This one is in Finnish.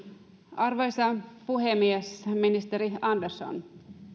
arvoisa puhemies ministeri andersson